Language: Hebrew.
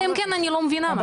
אלא אם כן אני לא מבינה משהו.